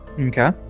Okay